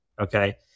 okay